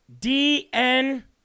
D-N